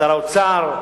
שר האוצר,